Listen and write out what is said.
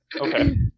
Okay